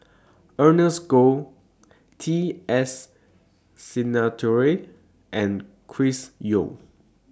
Ernest Goh T S Sinnathuray and Chris Yeo